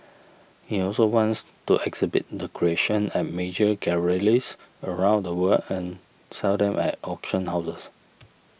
he also wants to exhibit the creations at major around the world and sell them at auction houses